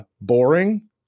Boring